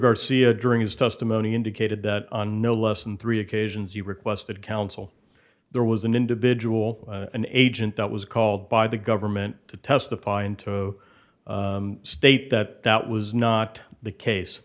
garcia during his testimony indicated that on no less than three occasions you requested counsel there was an individual an agent that was called by the government to testify and to state that that was not the case